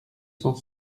cent